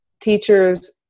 teachers